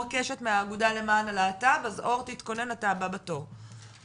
קשת מהאגודה למען הלהט"ב אז אור תתכונן אתה הבא בתור.